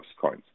coins